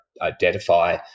identify